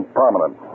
prominent